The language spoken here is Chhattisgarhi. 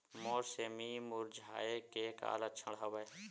मोर सेमी मुरझाये के का लक्षण हवय?